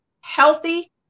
healthy